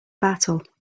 battle